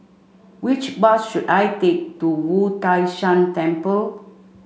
which bus should I take to Wu Tai Shan Temple